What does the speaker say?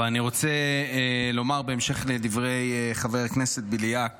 אבל אני רוצה לומר בהמשך לדברי חבר הכנסת בליאק